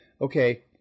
okay